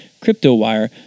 Cryptowire